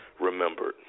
remembered